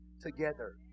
together